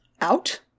out